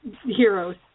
heroes